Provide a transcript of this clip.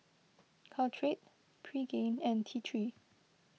Caltrate Pregain and T three